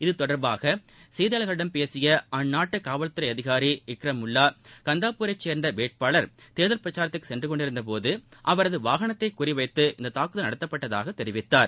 இத்தொடர்பாக செய்தியாளர்களிடம் பேசிய அந்நாட்டு காவல்துறை அதிகாரி இக்ரமுல்லா கந்தாபுரை சேர்ந்த வேட்பாளா் தேர்தல் பிரச்சாரத்திற்கு சென்றுகொண்டிருந்தபோது அவரது வாகனத்தை குறிவைத்து இந்தத் தாக்குதல் நடத்தப்பட்டதாகத் தெரிவித்தார்